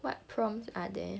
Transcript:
what prompts are there